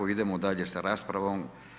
Idemo dalje sa raspravom.